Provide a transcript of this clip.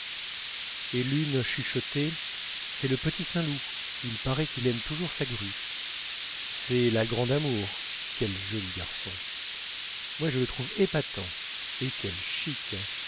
et l'une chuchotait c'est le petit saint loup il paraît qu'il aime toujours sa grue c'est la grande amour quel joli garçon moi je le trouve épatant et quel chic